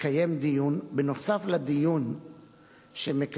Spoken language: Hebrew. תקיים דיון נוסף על הדיון שמתקיים